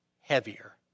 heavier